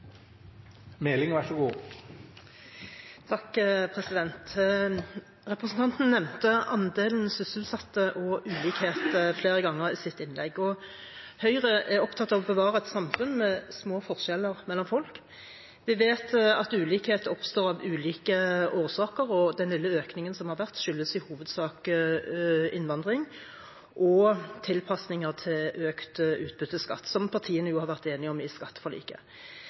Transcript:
Representanten Marthinsen nevnte andelen sysselsatte og ulikhet flere ganger i sitt innlegg. Høyre er opptatt av å bevare et samfunn med små forskjeller mellom folk. Vi vet at ulikhet oppstår av ulike årsaker, og den lille økningen som har vært, skyldes i hovedsak innvandring og tilpasninger til økt utbytteskatt, som partiene har vært enige om i skatteforliket.